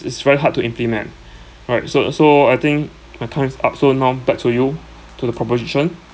it's very hard to implement right so so I think my time's up so now back to you to the proposition